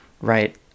right